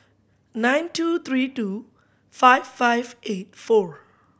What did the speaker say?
nine two three two five five eight four